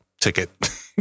ticket